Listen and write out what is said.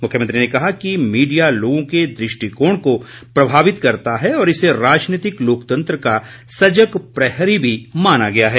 मुख्यमंत्री ने कहा कि मीडिया लोगों के दृष्टिकोण को प्रभावित करता है और इसे राजनीतिक लोकतंत्र का सजग प्रहरी भी माना गया है